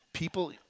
People